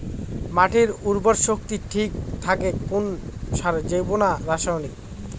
মাটির উর্বর শক্তি ঠিক থাকে কোন সারে জৈব না রাসায়নিক?